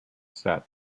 set